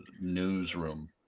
Newsroom